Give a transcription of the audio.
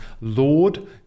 Lord